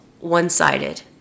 one-sided